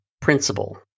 principle